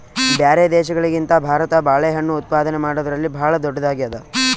ಬ್ಯಾರೆ ದೇಶಗಳಿಗಿಂತ ಭಾರತ ಬಾಳೆಹಣ್ಣು ಉತ್ಪಾದನೆ ಮಾಡದ್ರಲ್ಲಿ ಭಾಳ್ ಧೊಡ್ಡದಾಗ್ಯಾದ